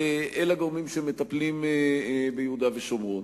אל הגורמים שמטפלים ביהודה ושומרון.